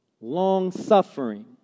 long-suffering